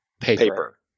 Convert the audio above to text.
paper